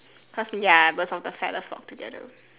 cause ya cause of the feather altogether